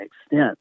extent